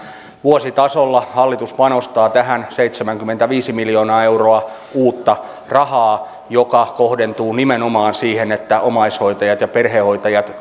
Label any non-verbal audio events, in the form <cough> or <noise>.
vuositasolla hallitus panostaa tähän seitsemänkymmentäviisi miljoonaa euroa uutta rahaa joka kohdentuu nimenomaan siihen että omaishoitajat ja perhehoitajat <unintelligible>